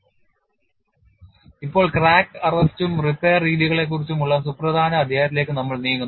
Crack Arrest Principle ഇപ്പോൾ crack അറസ്റ്റും repair രീതികളെക്കുറിച്ചും ഉള്ള സുപ്രധാന അധ്യായത്തിലേക്ക് നമ്മൾ നീങ്ങുന്നു